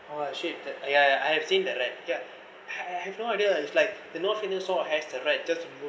what shape that I I have seen that rat ya I have no idea it's like the north indian store has the right just